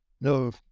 no